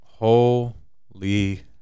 holy